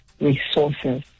resources